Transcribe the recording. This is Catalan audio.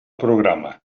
programa